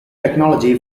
technology